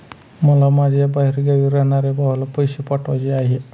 मला माझ्या बाहेरगावी राहणाऱ्या भावाला पैसे पाठवायचे आहे